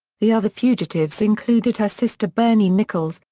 the other fugitives included her sister bernie nichols,